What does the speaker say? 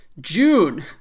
June